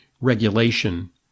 regulation